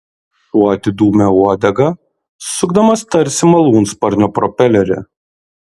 šuo atidūmė uodegą sukdamas tarsi malūnsparnio propelerį